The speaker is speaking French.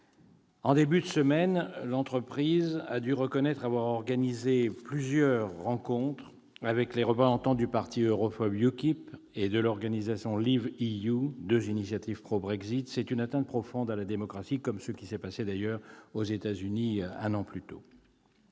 En début de semaine, l'entreprise a dû reconnaître avoir organisé plusieurs rencontres avec des représentants du parti europhobe UKIP et de l'organisation Leave.EU, deux initiatives pro-Brexit. C'est une atteinte profonde à la démocratie, tout comme, d'ailleurs, les événements survenus aux États-Unis un an plus tôt